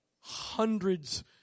Hundreds